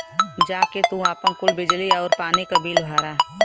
जा के तू आपन कुल बिजली आउर पानी क बिल भरा